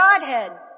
Godhead